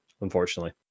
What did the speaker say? unfortunately